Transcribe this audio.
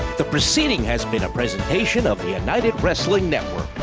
the proceeding has been a presentation of the united wrestling network.